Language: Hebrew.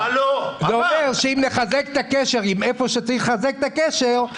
זה אומר שאם נחזק את הקשר איפה שצריך לחזק את הקשר אז